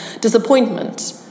disappointment